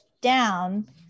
down